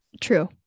true